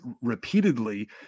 repeatedly